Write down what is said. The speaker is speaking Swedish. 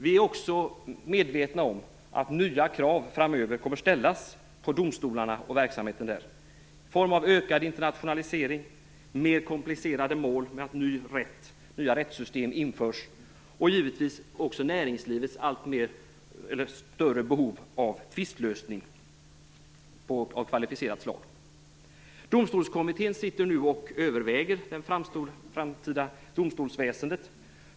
Vi är också medvetna om att nya krav framöver kommer att ställas på domstolarna och verksamheten där genom en ökad internationalisering, mer komplicerade mål, genom att nya rättssystem införs och givetvis också genom näringslivets allt större behov av tvistelösning av kvalificerat slag. Domstolskommittén överväger nu det framtida domstolsväsendet.